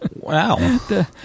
Wow